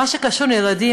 במה שקשור לילדים,